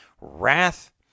wrath